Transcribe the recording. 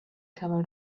camel